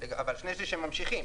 אבל שני שליש ממשיכים.